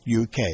uk